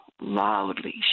loudly